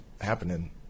happening